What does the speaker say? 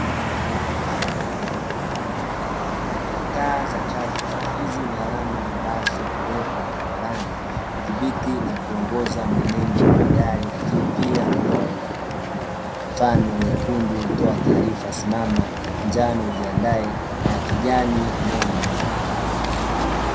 Taa za trafiki. Hizi ni alama ambazo huwekwa barabarani kudhiiti na kuongoza mwenendo wa magari, lakini pia na kwa waenda kwa mguu mfano nyekundu hutoa taarifa simama, njano jiandae na ya kijani nenda.